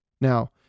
Now